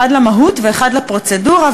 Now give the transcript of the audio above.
אחד למהות ואחד לפרוצדורה,